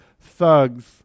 thugs